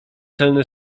celny